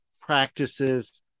Practices